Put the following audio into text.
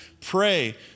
pray